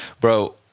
Bro